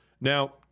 Now